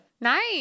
nice